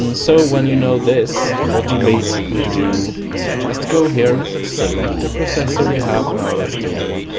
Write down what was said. and so when you know this what you basically do is you just go here select the processor you have now, that's the wrong one,